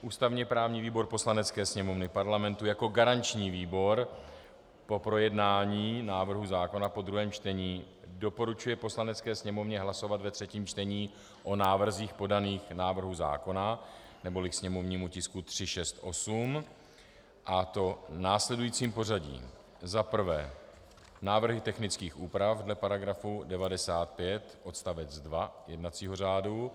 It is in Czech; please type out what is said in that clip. Ústavněprávní výbor Poslanecké sněmovny Parlamentu jako garanční výbor po projednání návrhu zákona po druhém čtení doporučuje Poslanecké sněmovně hlasovat ve třetím čtení o návrzích podaných k návrhu zákona, neboli k sněmovnímu tisku 368, a to v následujícím pořadí: Za prvé návrhy technických úprav dle § 95 odst. 2 jednacího řádu.